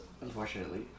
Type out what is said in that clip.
unfortunately